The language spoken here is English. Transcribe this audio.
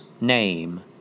name